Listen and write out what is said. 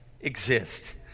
exist